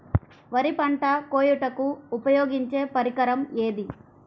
వరి పంట కోయుటకు ఉపయోగించే పరికరం ఏది?